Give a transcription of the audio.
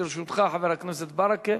לרשותך, חבר הכנסת ברכה,